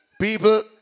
People